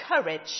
courage